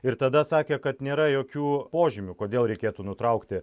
ir tada sakė kad nėra jokių požymių kodėl reikėtų nutraukti